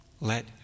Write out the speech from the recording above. Let